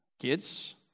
kids